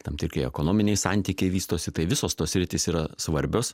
tam tikri ekonominiai santykiai vystosi tai visos tos sritys yra svarbios